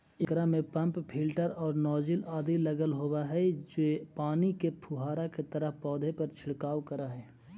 एकरा में pump filter आउ नॉजिल आदि लगल होवऽ हई जे पानी के फुहारा के तरह पौधा पर छिड़काव करऽ हइ